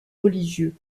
religieux